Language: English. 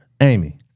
Amy